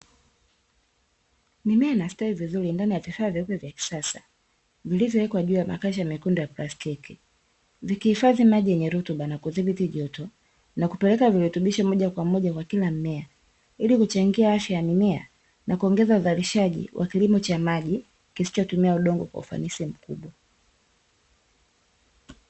Mimea inastawi vizuri ndani ya vifaa vyeupe vya kisasa, vilivyo ekwa juu ya makasha mekundu ya plastiki vikihifadhi maji yenye rutuba na kudhibiti joto na kupeleka virutubisho moja kwa moja kwa kila mmea ili kuchangia afya ya mimea na kuongeza uzalishaji wa kilimo cha maji kisicho tumia udongo kwa ufanisi mkubwa.